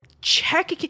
check